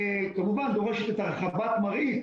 כמובן דורשת את הרחבת מרעית.